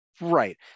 Right